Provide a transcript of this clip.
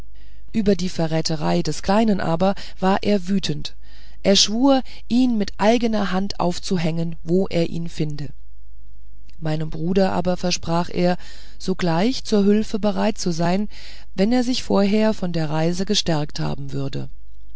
über die verräterei des kleinen aber war er wütend er schwur ihn mit eigener hand aufzuhängen wo er ihn finde meinem bruder aber versprach er sogleich zur hülfe bereit zu sein wenn er sich vorher von der reise gestärkt haben würde